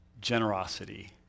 generosity